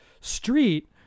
street